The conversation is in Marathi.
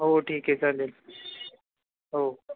हो ठीक आहे चालेल हो